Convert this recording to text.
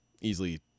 easily